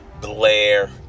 Blair